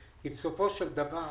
לא קואליציוניים כי בסופו של דבר,